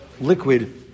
liquid